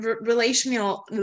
relational